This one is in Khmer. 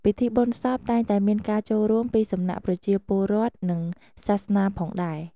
ពិធីបុណ្យសពតែងតែមានការចូលរួមពីសំណាក់ប្រជាពលរដ្ឋ និងសាសនាផងដែរ។